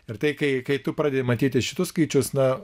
ir tai kai kai tu pradedi matyti šituos skaičius na